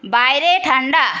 বাইরে ঠান্ডা